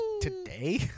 Today